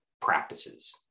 practices